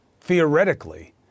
theoretically